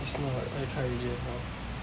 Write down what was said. it's not I try already just now